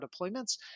deployments